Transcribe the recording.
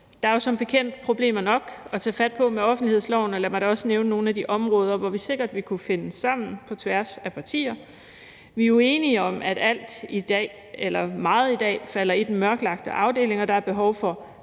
Der er jo som bekendt problemer nok at tage fat på med offentlighedsloven. Lad mig da også nævne nogle af de områder, hvor vi sikkert ville kunne finde sammen på tværs af partier. Vi er jo enige om, at meget i dag falder i den mørklagte afdeling, at der er et behov for